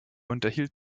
unterhielt